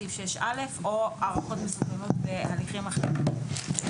סעיף 6א או הערכות מסוכנות בהליכים אחרים.